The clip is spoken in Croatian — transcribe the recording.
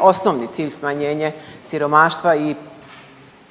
osnovni cilj smanjenje siromaštva i